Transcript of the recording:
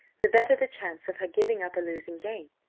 the better the chance of her giving up a losing game.